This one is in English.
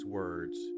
words